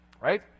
right